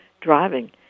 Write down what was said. driving